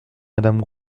madame